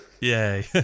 Yay